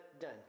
done